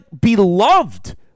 beloved